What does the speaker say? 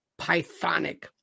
Pythonic